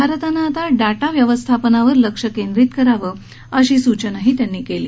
भारतानं आता डाटा व्यवस्थापनावर लक्ष केंद्रित करावं अशी सूचनाही त्यांनी केली